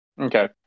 Okay